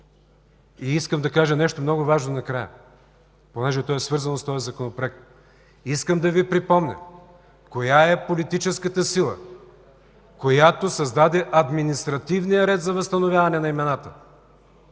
искам да кажа нещо много важно, защото е свързано с този Законопроект. Искам да Ви припомня коя е политическата сила, която създаде административния ред за възстановяване на имената.